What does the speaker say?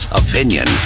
opinion